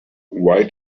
why